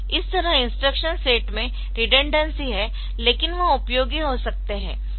इस तरह instruction set में रिडंडेंसी है लेकिन वह उपयोगी हो सकते है